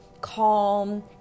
calm